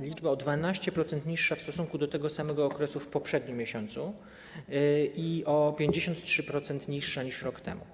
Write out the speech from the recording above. liczba o 12% niższa w stosunku do tego samego okresu w poprzednim miesiącu i o 53% niższa niż rok temu.